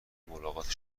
ملاقات